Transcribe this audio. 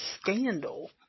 scandal